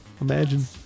Imagine